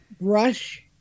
brush